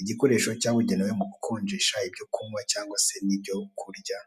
Igikoresho cyabugenewe mu gukonjesha ibyo kunywa cyangwa se ibyo kurya.